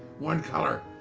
one color,